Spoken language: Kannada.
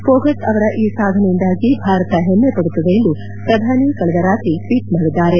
ಫೋಗಟ್ ಅವರ ಈ ಸಾಧನೆಯಿಂದಾಗಿ ಭಾರತ ಹೆಮ್ಮೆ ಪಡುತ್ತದೆ ಎಂದು ಪ್ರಧಾನಿ ಕಳೆದ ರಾತ್ರಿ ಟ್ವೀಟ್ ಮಾಡಿದ್ದಾರೆ